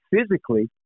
physically